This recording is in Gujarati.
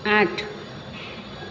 આઠ